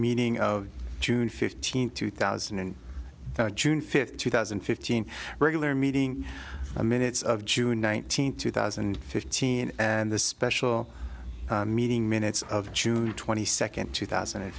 meeting of june fifteenth two thousand and june fifth two thousand and fifteen regular meeting minutes of june nineteenth two thousand and fifteen and the special meeting minutes of june twenty second two thousand and eight